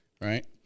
Right